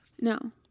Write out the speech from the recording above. no